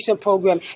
program